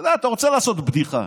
אתה יודע, אתה רוצה לעשות בדיחה,